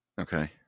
Okay